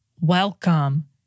welcome